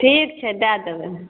ठीक छै दै देबै